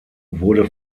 wurde